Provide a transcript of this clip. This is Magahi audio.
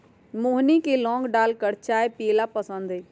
मोहिनी के लौंग डालकर चाय पीयला पसंद हई